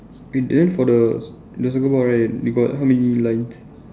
and then for the the soccer ball right you got how many lines